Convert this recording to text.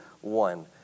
one